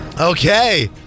Okay